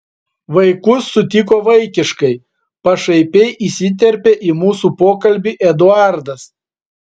vaikus sutiko vaikiškai pašaipiai įsiterpė į mūsų pokalbį eduardas